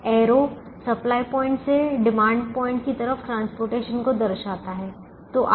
एक पंक्ति एरोतीर सप्लाई पॉइंट से डिमांड पॉइंट की तरफ परिवहन को दिखातीदिखाता है